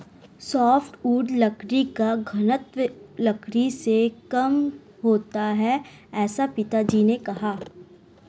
softwood लकड़ी का घनत्व लकड़ी से कम होता है ऐसा पिताजी ने कहा